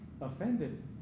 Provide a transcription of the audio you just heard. offended